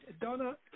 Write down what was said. Donna